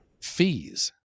Fees